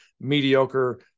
mediocre